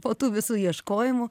po tų visų ieškojimų